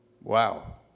Wow